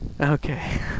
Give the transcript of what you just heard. Okay